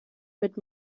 mit